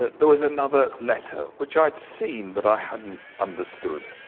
there was another letter which i'd seen but i hadn't understood.